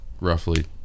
roughly